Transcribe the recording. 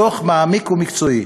דוח מעמיק ומקצועי.